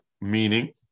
Meaning